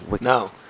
No